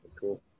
cool